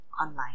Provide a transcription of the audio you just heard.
online